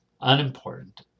unimportant